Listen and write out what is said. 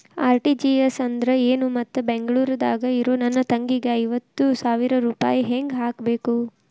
RTGS ಅಂದ್ರ ಏನು ಮತ್ತ ಬೆಂಗಳೂರದಾಗ್ ಇರೋ ನನ್ನ ತಂಗಿಗೆ ಐವತ್ತು ಸಾವಿರ ರೂಪಾಯಿ ಹೆಂಗ್ ಹಾಕಬೇಕು?